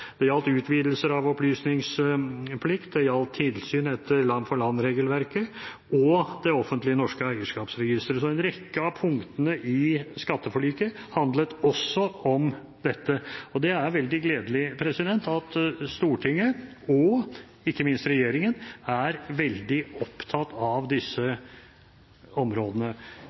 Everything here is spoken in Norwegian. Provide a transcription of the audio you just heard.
det gjaldt utvidelse av opplysningsplikt, det gjaldt tilsyn etter land-for-land-regelverket og det offentlige norske eierskapsregisteret. En rekke av punktene i skatteforliket handlet også om dette. Det er veldig gledelig at Stortinget og ikke minst regjeringen er veldig opptatt av disse områdene